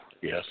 Yes